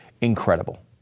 incredible